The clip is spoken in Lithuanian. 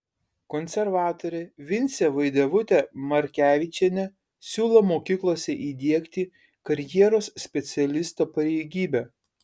konservatorė vincė vaidevutė markevičienė siūlo mokyklose įdiegti karjeros specialisto pareigybę